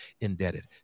indebted